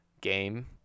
game